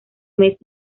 mes